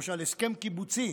למשל הסכם קיבוצי,